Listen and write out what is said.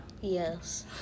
yes